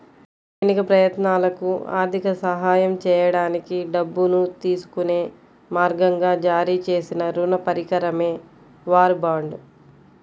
సైనిక ప్రయత్నాలకు ఆర్థిక సహాయం చేయడానికి డబ్బును తీసుకునే మార్గంగా జారీ చేసిన రుణ పరికరమే వార్ బాండ్